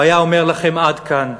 הוא היה אומר לכם: עד כאן.